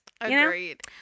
Agreed